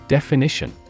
Definition